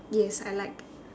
yes I like